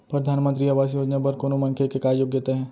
परधानमंतरी आवास योजना बर कोनो मनखे के का योग्यता हे?